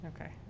Okay